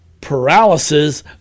Paralysis